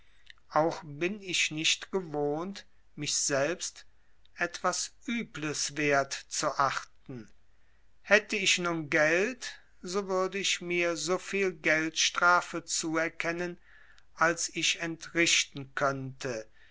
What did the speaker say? auch bin ich nicht gewohnt mich selbst etwas übles wert zu achten hätte ich nun geld so würde ich mir so viel geldstrafe zuerkennen als ich entrichten könnte